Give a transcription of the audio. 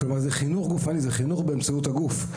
כלומר זה חינוך גופני, חינוך באמצעות הגוף.